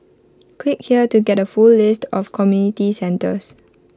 click here to get A full list of community centres